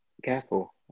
Careful